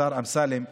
השר אמסלם,